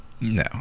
No